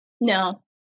No